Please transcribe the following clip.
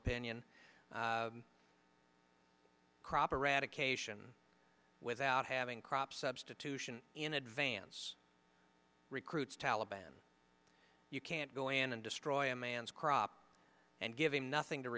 opinion crop eradication without having crop substitution in advance recruits taliban you can't go in and destroy a man's crop and giving nothing to